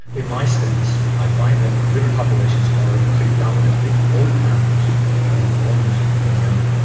in my studies i find that river populations are predominantly old animals and almost no young.